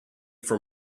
for